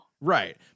Right